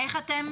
איך אתם